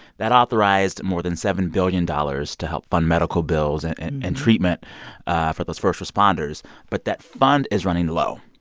that authorized more than seven billion dollars to help fund medical bills and and and treatment for those first responders but that fund is running low.